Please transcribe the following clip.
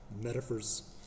metaphors